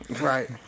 Right